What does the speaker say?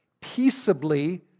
peaceably